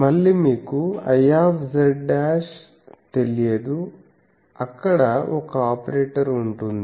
మళ్ళీ మీకు Iz తెలియదు అక్కడ ఒక ఆపరేటర్ ఉంటుంది